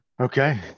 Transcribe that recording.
Okay